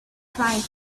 trying